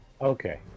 Okay